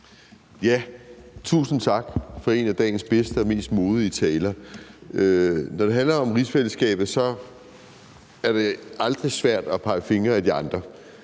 Tusind tak for en af dagens bedste og mest modige taler. Når det handler om rigsfællesskabet, er det aldrig svært at pege fingre ad de andre,